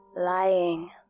Lying